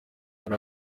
hari